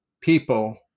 people